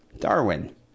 Darwin